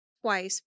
twice